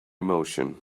emotion